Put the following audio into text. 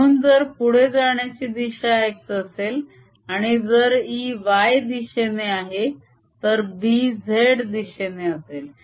म्हणून जर ही पुढे जाण्याची दिशा x असेल आणि जर E y दिशेने आहे तर B z दिशेने असेल